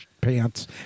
pants